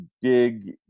dig